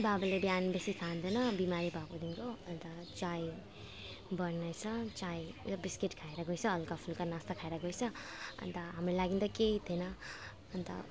बाबाले बिहान बेसी खाँदैन बिमारी भएकोदेखिको अन्त चिया बनाएछ चिया र बिस्कुट खाएर गएछ हल्काफुल्का नास्ता खाएर गएछ अन्त हाम्रो लागि त केही थिएन अन्त